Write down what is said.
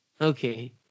Okay